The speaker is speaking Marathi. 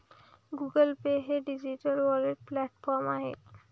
गुगल पे हे डिजिटल वॉलेट प्लॅटफॉर्म आहे